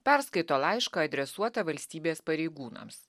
perskaito laišką adresuotą valstybės pareigūnams